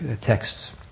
texts